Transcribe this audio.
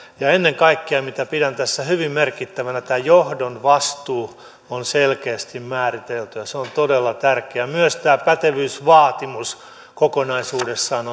ja ennen kaikkea mitä pidän tässä hyvin merkittävänä tämä johdon vastuu on selkeästi määritelty se on todella tärkeä myös tämä pätevyysvaatimus kokonaisuudessaan